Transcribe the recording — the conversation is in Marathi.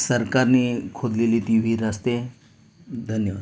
सरकारने खोदलेली ती विहीर असते धन्यवाद